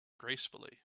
gracefully